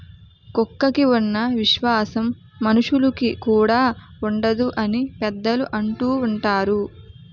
కుక్కకి ఉన్న విశ్వాసం మనుషులుకి కూడా ఉండదు అని పెద్దలు అంటూవుంటారు